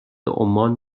عمان